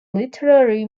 literary